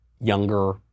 younger